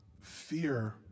fear